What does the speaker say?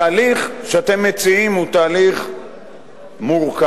התהליך שאתם מציעים הוא תהליך מורכב.